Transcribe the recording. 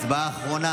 הצבעה האחרונה